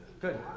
Good